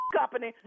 company